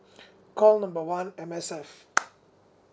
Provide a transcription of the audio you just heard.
call number one M_S_F